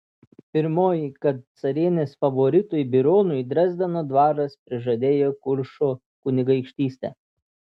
pirmoji kad carienės favoritui bironui dresdeno dvaras prižadėjo kuršo kunigaikštystę